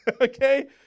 Okay